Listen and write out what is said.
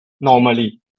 normally